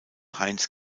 heinz